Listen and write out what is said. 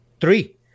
three